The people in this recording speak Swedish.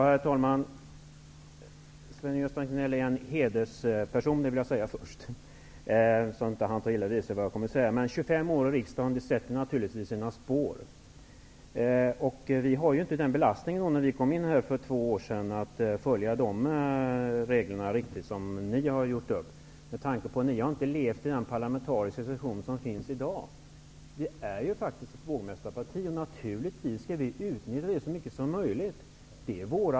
Herr talman! Sven-Gösta Signell är en hedersperson. Men 25 år i riksdagen sätter naturligtvis sina spår. Vi nydemokrater har inte samma belastning när det gäller att följa de regler som ni har satt upp. Ni har inte levt i en annan parlamentarisk situation än dagens. Ny demokrati är faktiskt ett vågmästarparti. Naturligtvis skall vi utnyttja den situationen så mycket som möjligt.